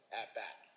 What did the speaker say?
at-bat